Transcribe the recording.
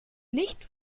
nicht